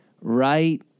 Right